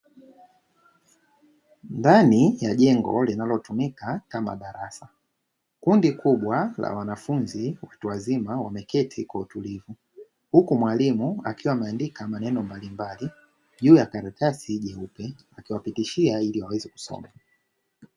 Ndani ya jengo linalotumika kama darasa. Kundi kubwa la wanafunzi, watu wa wazima wameketi kwa utulivu. Huku mwalimu akiwa ameandika maneno mbalimbali juu ya karatasi jeupe akiwapitishia ili waweze kusoma.